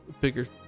bigger